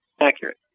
accurate